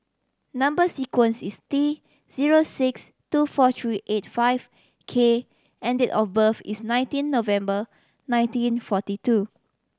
number sequence is T zero six two four three eight five K and date of birth is nineteen November nineteen forty two